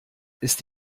ist